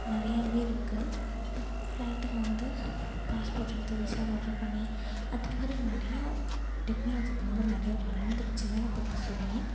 நிறையாவே இருக்கு ஃப்ளைட்டுக்கு வந்து பாஸ்போர்ட் எடுத்து விசா ஆர்ட்ரு பண்ணி அது மாதிரி நிறையா டெக்னலாஜி இப்போ வந்து நிறையா வளர்ந்துருச்சி தான் இப்போ இப்போ சொல்லலாம்